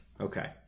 Okay